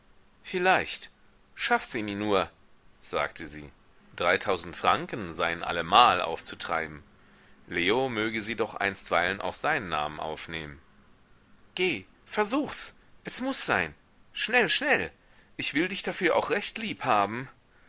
vielleicht schaff sie mir nur sagte sie dreitausend franken seien allemal aufzutreiben leo möge sie doch einstweilen auf seinen namen aufnehmen geh versuchs es muß sein schnell schnell ich will dich dafür auch recht liebhaben